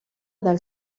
dal